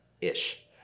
ish